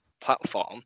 platform